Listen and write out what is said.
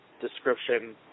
description